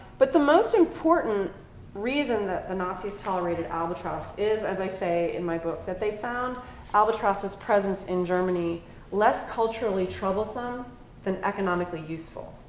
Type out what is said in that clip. but the most important reason that the nazis tolerated albatross is, as i say in my book, that they found albatross's presence in germany less culturally troublesome and economically useful.